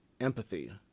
empathy